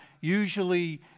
usually